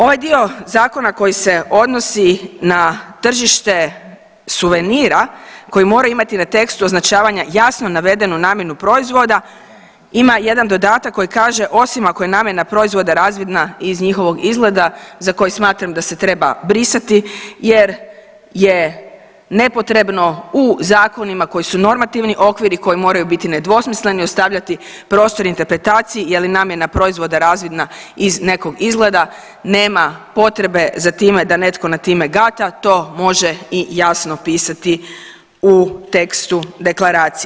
Ovaj dio zakona koji se odnosi na tržište suvenira koji moraju imati na tekstu označavanja jasno navedenu namjenu proizvoda ima jedan dodatak koji kaže, osim ako je namjena proizvoda razvidna iz njihovog izgleda za koji smatram da se treba brisati jer je nepotrebno u zakonima koji su normativni okvir i koji moraju biti nedvosmisleni ostavljati prostor interpretaciji jel je namjena proizvoda razvidna iz nekog izgleda, nema potrebe za time da netko nad time gata, to može i jasno pisati u tekstu deklaracije.